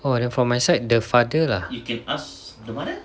!wah! then from my side the father ah you can ask the mother